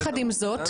יחד עם זאת,